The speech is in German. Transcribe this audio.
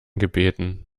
gebeten